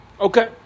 Okay